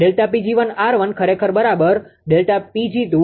Δ 𝑃𝑔1𝑅1 ખરેખર બરાબર Δ 𝑃𝑔2𝑅2